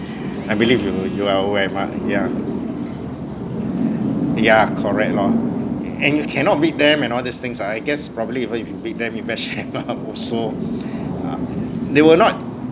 I believe you you are aware my yeah yeah correct lor and you cannot make them and all these things lah I I guess probably even if you beat them you bash them up also ah they will not